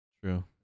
True